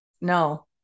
no